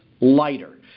lighter